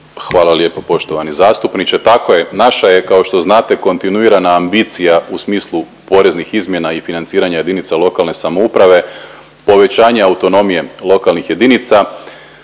Hvala lijepo poštovani zastupniče. Tako je naša je kao što znate kontinuirana ambicija u smislu poreznih izmjena i financiranje jedinica lokalne samouprave povećanje autonomije lokalnih jedinica,